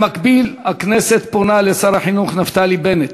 במקביל, הכנסת פונה אל שר החינוך נפתלי בנט,